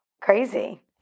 crazy